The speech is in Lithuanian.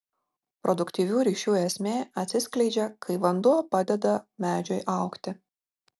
produktyvių ryšių esmė atsiskleidžia kai vanduo padeda medžiui augti